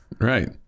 right